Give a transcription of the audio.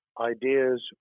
ideas